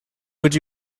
would